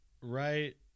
right